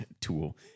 Tool